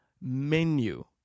menu